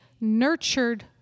nurtured